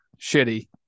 Shitty